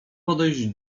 podejść